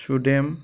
सुदेम